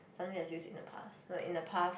something that's use in the past like in the past